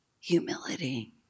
humility